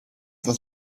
that